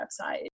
website